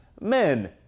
men